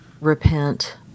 repent